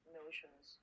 notions